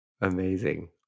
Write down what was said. amazing